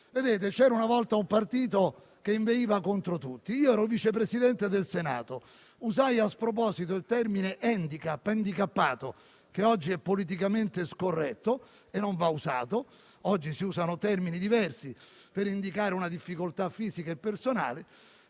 C'era una volta un partito che inveiva contro tutti: ero Vice Presidente del Senato, usai a sproposito il termine "*handicap*", "handicappato", che oggi è politicamente scorretto e non va usato - oggi si usano termini diversi per indicare una difficoltà fisica e personale